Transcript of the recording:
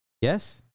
Yes